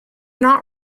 not